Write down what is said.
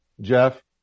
Jeff